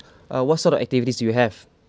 uh what sort of activities do you have